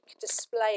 display